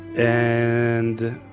and